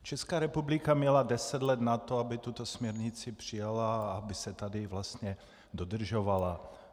Česká republika měla deset let na to, aby tuto směrnici přijala a aby se tady vlastně dodržovala.